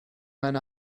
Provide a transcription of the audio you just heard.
meine